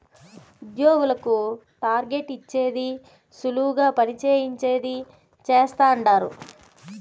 ఉద్యోగులకు టార్గెట్ ఇచ్చేది సులువుగా పని చేయించేది చేస్తండారు